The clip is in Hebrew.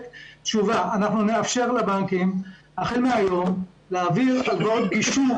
נאפשר לבנקים החל מהיום להעביר הלוואות גישור